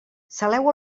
saleu